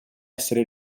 essere